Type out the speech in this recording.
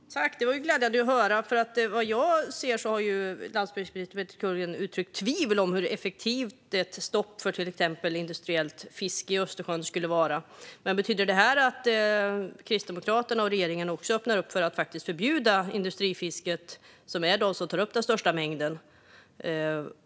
Fru talman! Det var glädjande att höra, för vad jag har sett har landsbygdsminister Peter Kullgren uttryckt tvivel om hur effektivt ett stopp för till exempel industriellt fiske i Östersjön skulle vara. Men betyder detta att Kristdemokraterna och regeringen också öppnar för att faktiskt förbjuda industrifisket, som är det som tar upp den största mängden?